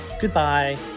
goodbye